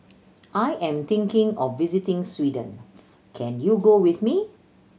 I am thinking of visiting Sweden can you go with me